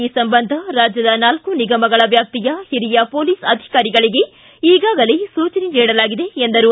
ಈ ಸಂಬಂಧ ರಾಜ್ಯದ ನಾಲ್ಕೂ ನಿಗಮಗಳ ವ್ಯಾಪ್ತಿಯ ಹಿರಿಯ ಮೊಲೀಸ್ ಅಧಿಕಾರಿಗಳಿಗೆ ಈಗಾಗಲೇ ಸೂಚನೆ ನೀಡಲಾಗಿದೆ ಎಂದರು